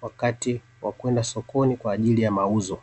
wakati wa kwenda sokoni kwaajili ya mauzo.